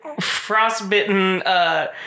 frostbitten